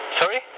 Sorry